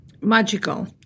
magical